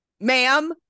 ma'am